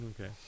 Okay